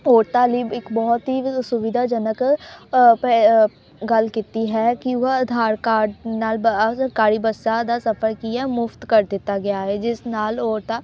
ਔਰਤਾਂ ਲਈ ਇੱਕ ਬਹੁਤ ਹੀ ਸੁਵਿਧਾਜਨਕ ਗੱਲ ਕੀਤੀ ਹੈ ਕਿ ਉਹ ਆਧਾਰ ਕਾਰਡ ਨਾਲ ਬ ਆਹ ਸਰਕਾਰੀ ਬੱਸਾਂ ਦਾ ਸਫ਼ਰ ਕੀ ਹੈ ਮੁਫ਼ਤ ਕਰ ਦਿੱਤਾ ਗਿਆ ਹੈ ਜਿਸ ਨਾਲ ਔਰਤਾਂ